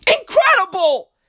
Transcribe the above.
Incredible